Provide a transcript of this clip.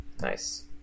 nice